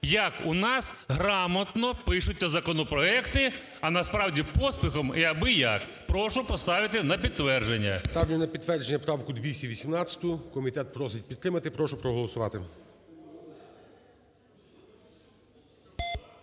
як у нас грамотно пишуться законопроекти, а насправді поспіхом і абияк. Прошу поставити на підтвердження. ГОЛОВУЮЧИЙ. Ставлю на підтвердження правку 218-у. Комітет просить підтримати. Прошу проголосувати.